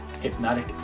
Hypnotic